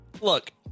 look